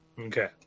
Okay